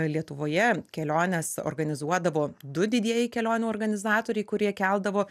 lietuvoje keliones organizuodavo du didieji kelionių organizatoriai kurie keldavo